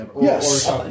Yes